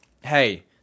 hey